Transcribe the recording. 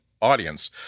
audience